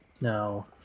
No